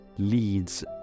leads